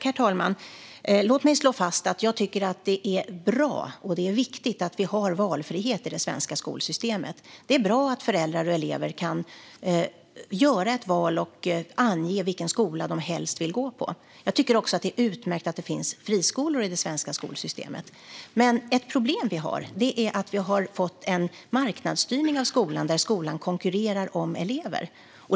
Herr talman! Låt mig slå fast att jag tycker att det är bra och viktigt att vi har valfrihet i det svenska skolsystemet. Det är bra att föräldrar och elever kan göra ett val och ange vilken skola eleven helst vill gå på. Jag tycker också att det är utmärkt att det finns friskolor i det svenska skolsystemet. Vi har dock ett problem, och det är att vi har fått en marknadsstyrning av skolan där skolor konkurrerar om elever.